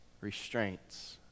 restraints